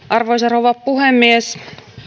arvoisa rouva puhemies